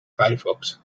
firefox